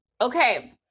okay